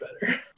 better